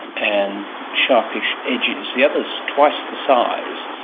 and sharpish edges, the other is twice the size,